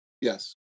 Yes